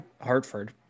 Hartford